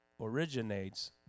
originates